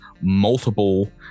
multiple